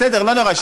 בסדר, לא נורא.